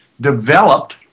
developed